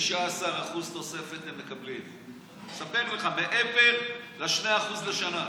ל-19% תוספת, אני מספר לך, מעבר ל-2% לשנה.